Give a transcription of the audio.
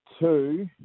two